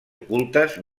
ocultes